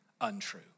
untrue